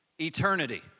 Eternity